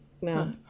No